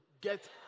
get